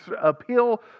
appeal